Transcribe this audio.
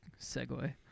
segue